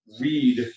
read